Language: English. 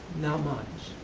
not much.